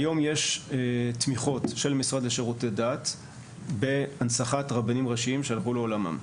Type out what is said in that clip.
כיום יש תמיכות של משרד לשירותי דת בהנצחת רבנים ראשיים שהלכו לעולמם.